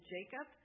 Jacob